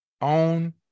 Own